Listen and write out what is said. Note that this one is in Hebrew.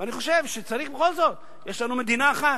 אני חושב שצריך בכל זאת: יש לנו מדינה אחת,